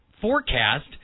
forecast